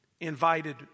invited